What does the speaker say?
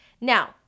Now